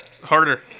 harder